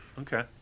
Okay